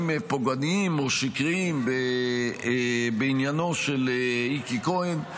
פוגעניים או שקריים בעניינו של איקי כהן.